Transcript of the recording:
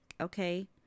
Okay